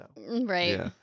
Right